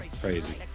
Crazy